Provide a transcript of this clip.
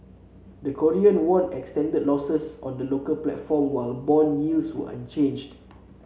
the Korean won extended losses on the local platform while bond yields were unchanged